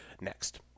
next